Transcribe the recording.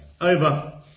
over